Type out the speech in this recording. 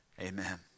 Amen